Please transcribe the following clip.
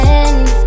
end